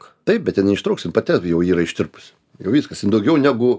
taip bet ten neištrauksim pati jau yra ištirpusi jau viskas jin daugiau negu